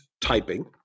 typing